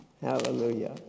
Hallelujah